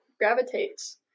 Gravitates